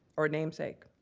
or namesake.